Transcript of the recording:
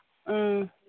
ꯑꯥ